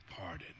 pardon